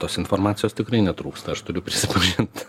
tos informacijos tikrai netrūksta aš turiu prisipažint